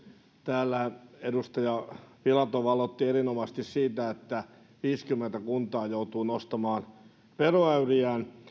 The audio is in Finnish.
täällä edustaja filatov aloitti erinomaisesti siitä että viisikymmentä kuntaa joutuu nostamaan veroäyriään